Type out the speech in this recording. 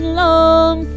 long